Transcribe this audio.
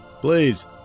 please